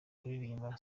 kuririmba